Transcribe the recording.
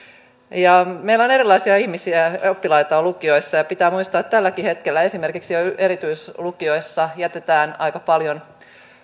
meillä on erilaisia ihmisiä oppilaita lukioissa ja pitää muistaa että tälläkin hetkellä esimerkiksi erityislukioissa jätetään aika paljon